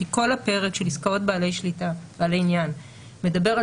כי כל הפרק של עסקאות בעלי עניין מדבר על